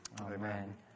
Amen